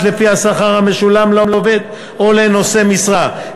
לפי השכר המשולם לעובד או לנושא משרה.